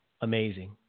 amazing